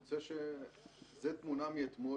זו תמונה מאתמול,